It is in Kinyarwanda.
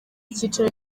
icyicaro